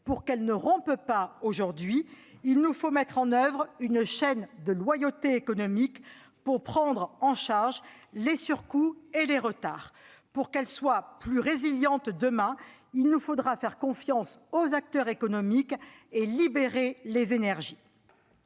Pour qu'il n'y ait pas de rupture aujourd'hui, il nous faut mettre en oeuvre une chaîne de loyauté économique, pour prendre en charge les surcoûts et les retards. Pour que cette chaîne soit plus résiliente demain, nous devrons faire confiance aux acteurs économiques et libérer les énergies.